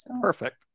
Perfect